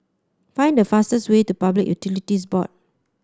find the fastest way to Public Utilities Board